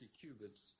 cubits